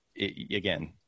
again